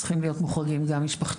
צריכים להיות מוחרגים גם משפחתונים.